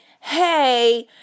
hey